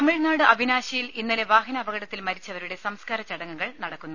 തമിഴ്നാട് അവിനാശിയിൽ ഇന്നലെ വാഹനാപകടത്തിൽ മരി ച്ചവരുടെ സംസ്കാര ചടങ്ങുകൾ നടക്കുന്നു